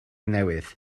newydd